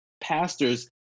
pastors